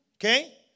Okay